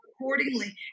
accordingly